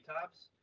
tops